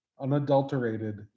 unadulterated